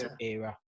era